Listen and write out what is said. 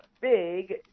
Big